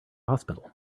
hospital